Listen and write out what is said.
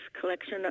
collection